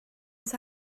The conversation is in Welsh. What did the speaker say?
oes